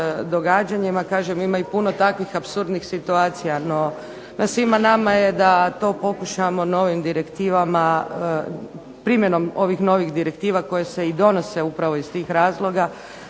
događanjima, kažem ima i puno takvih apsurdnih situacija. No, na svima nama je da to pokušamo novim direktivama, primjenom ovih novih direktiva koje se i donose upravo iz tih razloga